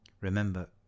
Remember